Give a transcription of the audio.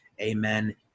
Amen